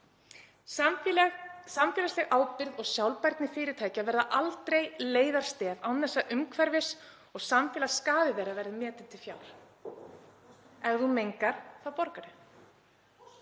Samfélagsleg ábyrgð og sjálfbærni fyrirtækja verða aldrei leiðarstef án þess að umhverfis- og samfélagsskaði þeirra verði metinn til fjár. Ef þú mengar þá borgarðu.